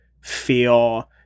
feel